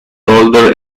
older